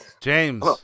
James